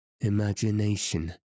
Imagination